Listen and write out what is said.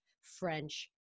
French